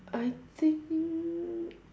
I think